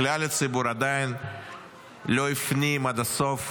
כלל הציבור, עדיין לא הפנים עד הסוף